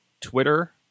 Twitter